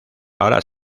ahora